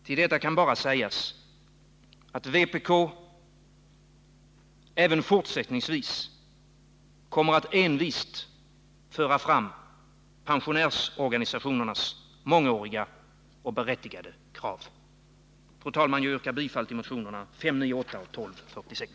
Till detta kan bara sägas att vpk även fortsättningsvis kommer att envist föra fram pensionärsorganisationernas mångåriga och berättigade krav. Fru talman! Jag yrkar bifall till motionerna 598 och 1246.